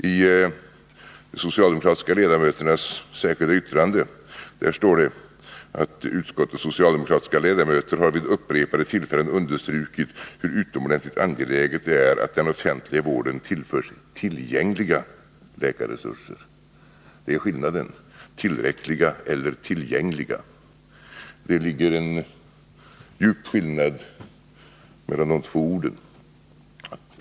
I de socialdemokratiska ledamöternas särskilda yttrande står det: ”Utskottets socialdemokratiska ledamöter har vid upprepade tillfällen understrukit hur utomordentligt angeläget det är att den offentliga vården tillförs tillgängliga” — tillräckliga eller tillgängliga, det är skillnaden — ”läkarresurser.” Det finns en djup skillnad mellan de två orden.